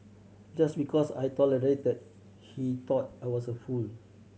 just because I tolerated he thought I was a fool